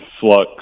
flux